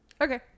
okay